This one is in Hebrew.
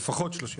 לפחות 30 אחוז.